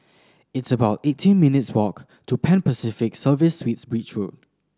it's about eighteen minutes' walk to Pan Pacific Serviced Suites Beach Road